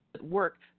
Work